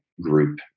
group